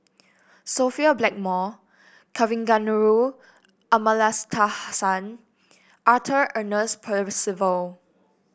Sophia Blackmore Kavignareru Amallathasan Arthur Ernest Percival